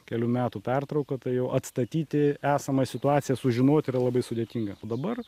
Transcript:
kelių metų pertrauką tai jau atstatyti esamą situaciją sužinoti yra labai sudėtinga dabar